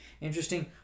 interesting